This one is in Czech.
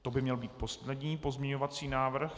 To by měl být poslední pozměňovací návrh.